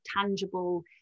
tangible